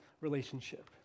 relationship